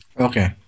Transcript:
Okay